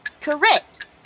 Correct